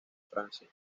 francia